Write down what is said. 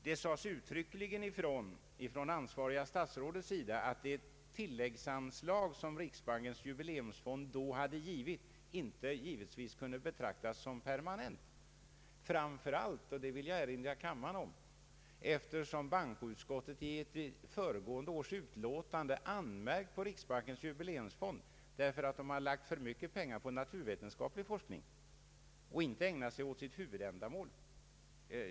Det sades uttryckligen ifrån, av det ansvariga statsrådet, att det tilläggsanslag som riksbankens jubileumsfond då hade givit naturligtvis inte kunde betraktas som permanent, framför allt — det vill jag erinra kam marens ledamöter om — eftersom bankoutskottet i ett föregående års utlåtande hade anmärkt på riksbankens jubileumsfond därför att den lagt för mycket pengar på naturvetenskaplig forskning och inte ägnat sig åt sitt huvudändamål.